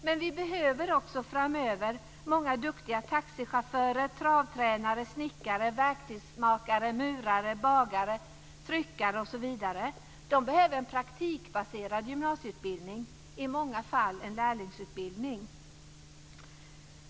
Men vi behöver också framöver många duktiga taxichaufförer, travtränare, snickare, verktygsmakare, murare, bagare, tryckare osv. De behöver en praktikbaserad gymnasieutbildning, i många fall en lärlingsutbildning.